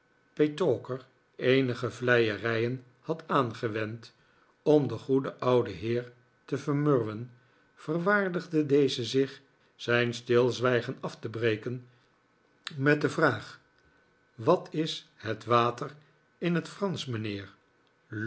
petowker eenige vleierijen had aangewend om den goeden ouden heer te vermurweh verwaardigde deze zich zijn stilzwijgen af te breken met de vraag wat is het water in het fransch mijnxieer